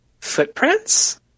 footprints